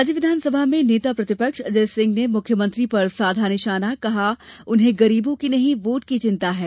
राज्य विधानसभा में नेता प्रतिपक्ष अजय सिंह ने मुख्यमंत्री पर साधा निशाना कहा उन्हें गरीबों की नहीं वोट की चिंता है